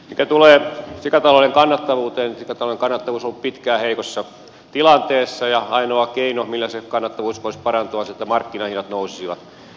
mitä tulee sikatalouden kannattavuuteen sikatalouden kannattavuus on ollut pitkään heikossa tilanteessa ja ainoa keino millä se kannattavuus voisi parantua on se että markkinahinnat nousisivat